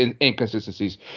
inconsistencies